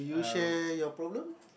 uh